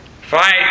Fight